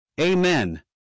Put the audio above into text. Amen